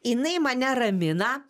jinai mane ramina